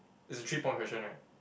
it's a three point question right